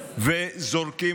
יש גם פסוק אחר,